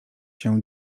się